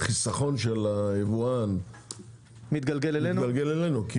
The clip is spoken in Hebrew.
שהחיסכון של היבואן מתגלגל אלינו?